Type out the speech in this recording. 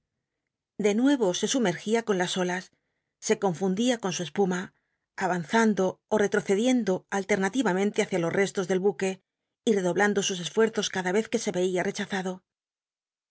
de nuevo se sumergía cori las olas se confundía con su espuma avan antlo ó etoccdicndo nllcnatiramente bücia los restos del buque y cdoblando sus esfuerzos cada ycz que se veía rechazado